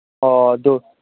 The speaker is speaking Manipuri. ꯑꯣ ꯑꯗꯨ